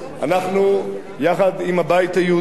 אנחנו, יחד עם הבית היהודי,